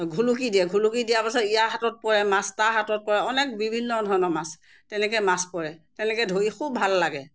ঘুলুকি দিয়ে ঘুলুকি দিয়াৰ পাছত ইয়াৰ হাতত পৰে তাৰ হাতত পৰে অনেক বিভিন্ন ধৰণৰ মাছ তেনেকৈ মাছ পৰে তেনেকৈ ধৰি খুব ভাল লাগে